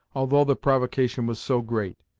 although the provocation was so great.